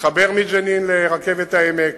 תתחבר מג'נין לרכבת העמק,